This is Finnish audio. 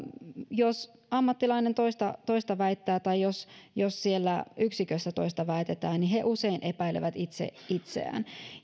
jos ammattilainen toista toista väittää tai jos siellä yksikössä toista väitetään niin he usein epäilevät itse itseään